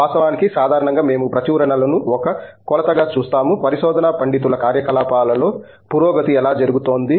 వాస్తవానికి సాధారణంగా మేము ప్రచురణలను ఒక కొలతగా చూస్తాము పరిశోధన పండితుల కార్యకలాపాలలో పురోగతి ఎలా జరుగుతోంది